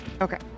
Okay